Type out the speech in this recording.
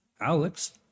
Alex